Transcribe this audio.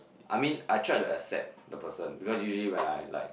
I mean I tried to accept the person because usually when I like